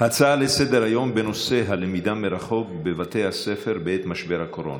לסדר-היום בנושא: הלמידה מרחוק בבתי הספר בעת משבר הקורונה,